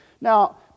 Now